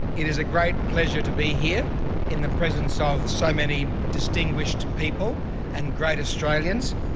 it is a great pleasure to be here in the presence of so many distinguished people and great australians,